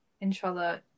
inshallah